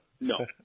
No